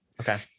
okay